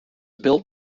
built